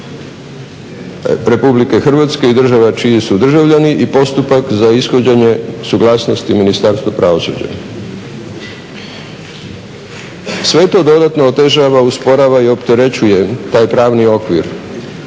reciprociteta RH i država čiji su državljani i postupak za ishođenje suglasnosti Ministarstva pravosuđa. Sve to dodatno otežava usporava i opterećuje taj pravni okvir